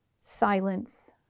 silence